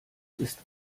ist